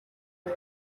буй